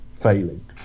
failing